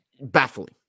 baffling